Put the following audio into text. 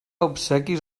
obsequis